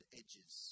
edges